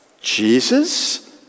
Jesus